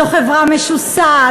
זו חברה משוסעת,